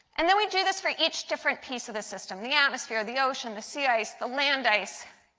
and then we do this for each different piece of the system, the atmosphere, the ocean, the sea ice, the land ice.